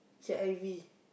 K_I_V